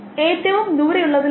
ഇത് മറ്റൊരു മോഡലാണ്